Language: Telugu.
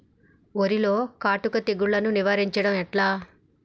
వరిలో కాటుక తెగుళ్లను నివారించడం ఎట్లా?